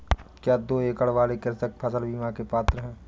क्या दो एकड़ वाले कृषक फसल बीमा के पात्र हैं?